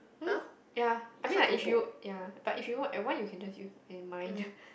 um ya I mean like if you ya but if you want and want you can just you and mine